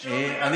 שלהם,